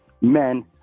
men